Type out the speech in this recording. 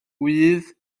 ŵydd